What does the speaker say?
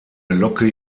locke